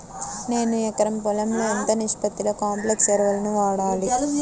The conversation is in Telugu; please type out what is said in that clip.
నేను ఎకరం పొలంలో ఎంత నిష్పత్తిలో కాంప్లెక్స్ ఎరువులను వాడాలి?